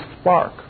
spark